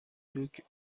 دوگ